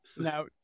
now